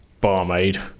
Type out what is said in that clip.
barmaid